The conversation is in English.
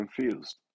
confused